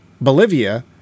Bolivia